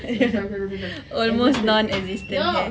almost non existent hair